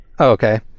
okay